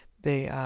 they